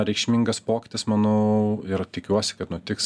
reikšmingas pokytis manau ir tikiuosi kad nutiks